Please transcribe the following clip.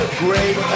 great